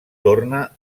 torna